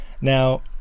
Now